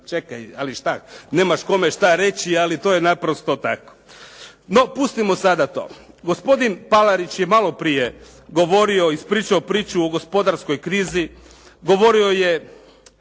čekaj, ali šta, nemaš kome šta reći ali to je naprosto tako. No, pustimo sada to, gospodin Palarić je malo prije govorio, ispričao priču o gospodarskoj krizi, govorio je